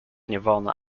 nirvana